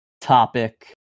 topic